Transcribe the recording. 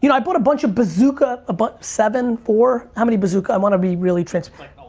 you know i bought a bunch of bazooka, but seven, four? how many bazooka, i wanna be really transparent.